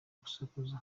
gusakuza